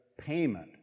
payment